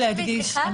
- התייחסות.